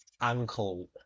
ankle